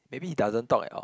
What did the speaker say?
maybe he doesn't talk at all